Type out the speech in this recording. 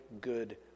good